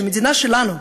המדינה שלנו,